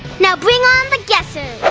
now bring on the guessing!